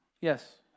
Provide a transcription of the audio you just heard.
Yes